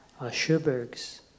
Schuberg's